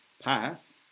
path